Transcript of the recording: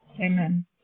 Amen